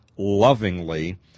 lovingly